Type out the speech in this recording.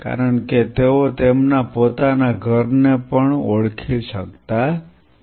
કારણ કે તેઓ તેમના પોતાના ઘરને પણ ઓળખી શકતા નથી